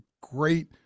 great